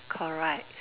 correct